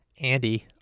Andy